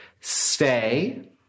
Stay